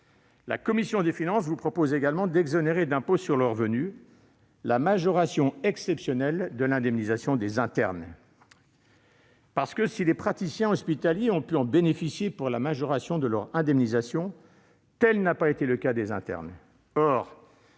la commission des finances vous propose également d'exonérer d'impôt sur le revenu la majoration exceptionnelle de l'indemnisation des internes. Si les praticiens hospitaliers ont pu en bénéficier pour la majoration de leur indemnisation, tel n'a pas été le cas des internes.